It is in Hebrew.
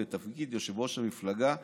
לתפקיד יושב-ראש המפלגה.